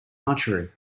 archery